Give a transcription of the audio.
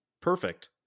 perfect